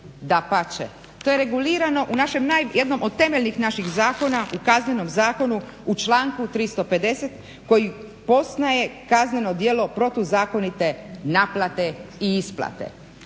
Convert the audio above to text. Dapače, to je regulirano u našem naj, jednom od temeljnih naših zakona, u Kaznenom zakonu u članku 350. koji poznaje kazneno djelo protuzakonite naplate i isplate.